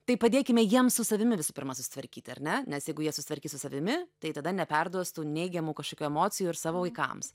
tai padėkime jiems su savimi visų pirma susitvarkyti ar ne nes jeigu jie susitvarkys su savimi tai tada neperduos tų neigiamų kažkokių emocijų ir savo vaikams